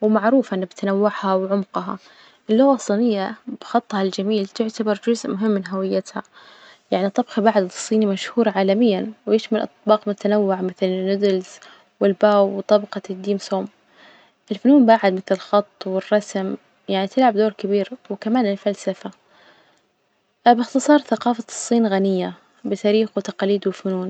ومعروفة إن بتنوعها وعمقها، اللغة الصينية بخطها الجميل تعتبر جزء مهم من هويتها، يعني الطبخ بعد الصيني مشهور عالميا، ويشمل أطباق متنوعة مثل النودلز والباو وطبقة الجيمسوم، الفنون بعد مثل الخط والرسم يعني تلعب دور كبير، وكمان الفلسفة، بإختصار ثقافة الصين غنية بتاريخ وتقاليد وفنون.